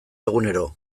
egunero